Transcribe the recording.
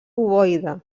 ovoide